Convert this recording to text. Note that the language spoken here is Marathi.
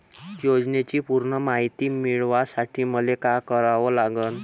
योजनेची पूर्ण मायती मिळवासाठी मले का करावं लागन?